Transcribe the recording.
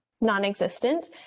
non-existent